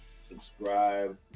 subscribe